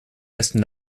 wessen